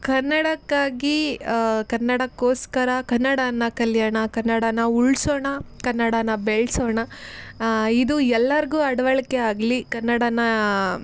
ಕನ್ನಡಕ್ಕಾಗಿ ಕನ್ನಡಕ್ಕೋಸ್ಕರ ಕನ್ನಡಾನ ಕಲಿಯೋಣ ಕನ್ನಡನ ಉಳಿಸೋಣ ಕನ್ನಡನ ಬೆಳೆಸೋಣ ಇದು ಎಲ್ಲರ್ಗೂ ಅಳ್ವಡ್ಕೆ ಆಗಲಿ ಕನ್ನಡನ